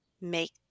make